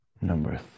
number